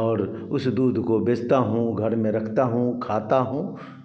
और उस दूध को बेचता हूँ घर में रखता हूँ खाता हूँ